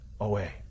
away